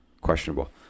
Questionable